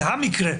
זה המקרה.